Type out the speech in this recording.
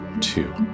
two